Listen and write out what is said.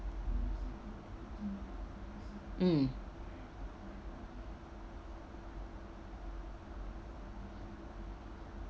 mm